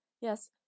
Yes